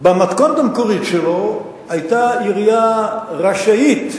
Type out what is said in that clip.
במתכונת המקורית שלו היתה עירייה רשאית,